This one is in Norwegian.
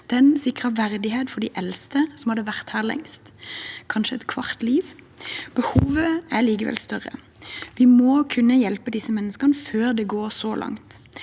Den sikret verdighet for de eldste, som hadde vært her lengst – kanskje et kvart liv. Behovet er likevel større. Vi må kunne hjelpe disse menneskene før det går så langt.